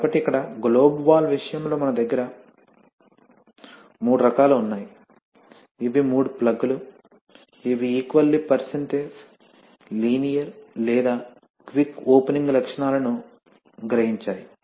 కాబట్టి ఇక్కడ globe valve విషయంలో మన దగ్గర o మూడు రకాలు ఉన్నాయి ఇవి మూడు ప్లగ్లు ఇవి ఈక్వల్లీ పెర్సెంటేజ్ లీనియర్ లేదా క్విక్ ఓపెనింగ్ లక్షణాలను గ్రహించాయి